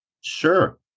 sure